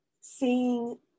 seeing